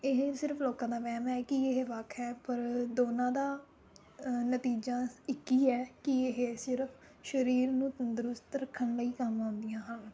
ਇਹ ਸਿਰਫ਼ ਲੋਕਾਂ ਦਾ ਵਹਿਮ ਹੈ ਕਿ ਇਹ ਵੱਖ ਹੈ ਪਰ ਦੋਨਾਂ ਦਾ ਅ ਨਤੀਜਾ ਇੱਕ ਹੀ ਹੈ ਕਿ ਇਹ ਸਿਰਫ਼ ਸਰੀਰ ਨੂੰ ਤੰਦਰੁਸਤ ਰੱਖਣ ਲਈ ਕੰਮ ਆਉਂਦੀਆਂ ਹਨ